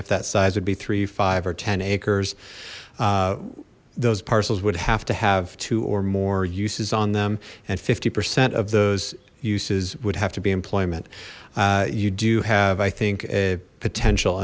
if that size would be three five or ten acres those parcels would have to have two or more uses on them and fifty percent of those uses would have to be employment you do have i think a potential